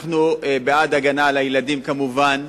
אנחנו בעד הגנה על הילדים, כמובן,